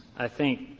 i think,